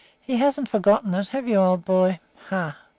he hasn't forgotten it have you old boy? hah!